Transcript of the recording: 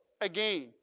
again